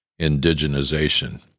indigenization